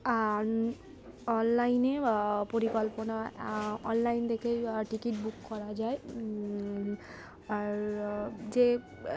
আর অনলাইনে পরিকল্পনা অনলাইন থেকেই টিকিট বুক করা যায় আর যে